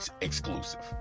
exclusive